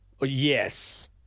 Yes